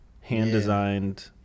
hand-designed